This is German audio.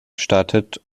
startet